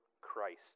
Christ